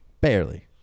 Barely